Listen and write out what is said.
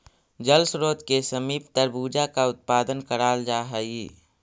जल स्रोत के समीप तरबूजा का उत्पादन कराल जा हई